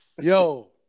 Yo